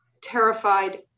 terrified